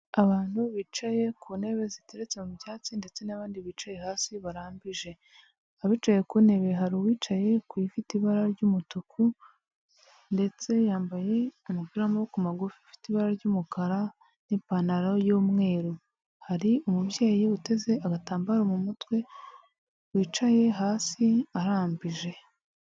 Abantu bicaye ku ntebe ziteretse mu byatsi ndetse n'abandi bicaye hasi barambije, abicaye ku ntebe hari uwicaye ku ifite ibara ry'umutuku ndetse yambaye umupira w'amaboko magufi, ufite ibara ry'umukara n'ipantaro y'umweru, hari umubyeyi uteze agatambaro mu mutwe wicaye hasi arambije.